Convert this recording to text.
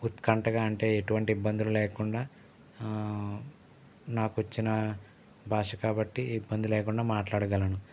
ఉత్కంఠగా అంటే ఎటువంటి ఇబ్బందులు లేకుండా నాకు వచ్చిన భాష కాబట్టి ఇబ్బంది లేకుండా మాట్లాడగలను